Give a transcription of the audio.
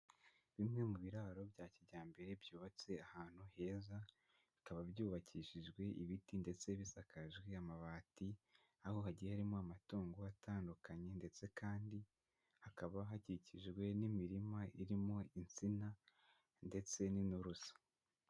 Bimwe mu biraro bya kijyambere byubatse ahantu heza, bikaba byubakishijwe ibiti ndetse bisakajwe amabati, aho hagiye harimo amatungo atandukanye, ndetse kandi hakaba hakikijwe n'imirima irimo insina ndetse n'inturusu.